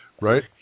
Right